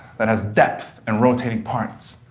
that has depth and rotating parts,